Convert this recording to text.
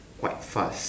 quite fast